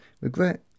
regret